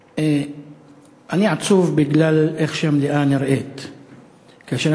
תודה, אני עצוב בגלל שהמליאה נראית כך, נכון.